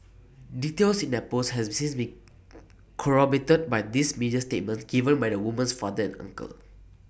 details in that post has since been corroborated by these media statements given by the woman's father and uncle